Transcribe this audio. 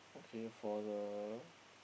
okay for the